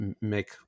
make